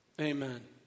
Amen